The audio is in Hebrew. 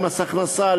למס הכנסה,